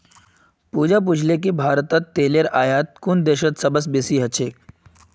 पूजा पूछले कि भारतत तेलेर आयात कुन देशत सबस अधिक ह छेक